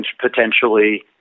potentially